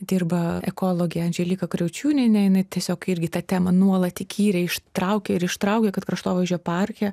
dirba ekologė andželika kriaučiūnienė jinai tiesiog irgi tą temą nuolat įkyriai ištraukia ir ištraukia kad kraštovaizdžio parke